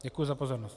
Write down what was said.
Děkuji za pozornost.